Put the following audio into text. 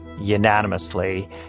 unanimously